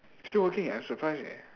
still working ah I surprise eh